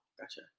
Gotcha